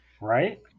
Right